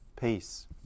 peace